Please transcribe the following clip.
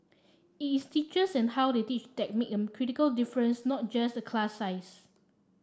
it's teachers and how they teach that make a critical difference not just the class size